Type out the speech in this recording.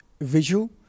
visual